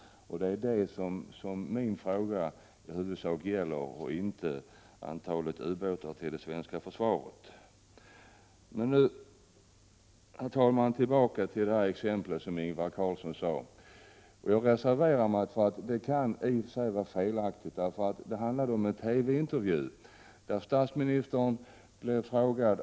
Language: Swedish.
Det är detta som min fråga i huvudsak gäller, inte antalet ubåtar till det svenska försvaret. Men nu, herr talman, tillbaka till det Ingvar Carlsson sade. Jag reserverar mig för att den version jag har fått del av kan vara felaktig.